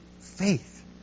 faith